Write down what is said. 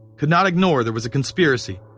could not ignore there was a conspiracy.